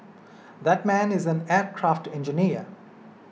that man is an aircraft engineer